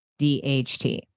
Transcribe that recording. DHT